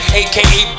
aka